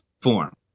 form